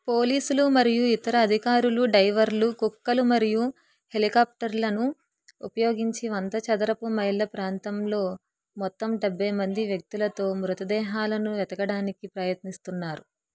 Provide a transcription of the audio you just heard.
పోలీసులు మరియు ఇతర అధికారులు డైవర్లు కుక్కలు మరియు హెలికాప్టర్లను ఉపయోగించి వంద చదరపు మైళ్ళ ప్రాంతంలో మొత్తం డెబ్బై మంది వ్యక్తులతో మృతదేహాలను వెతకడానికి ప్రయత్నిస్తున్నారు